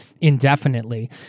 indefinitely